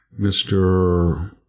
Mr